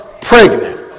pregnant